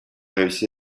réussi